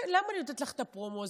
למה אני נותנת לך את הפרומו הזה?